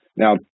Now